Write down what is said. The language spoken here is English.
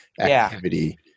activity